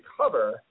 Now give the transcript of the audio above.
cover